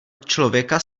člověka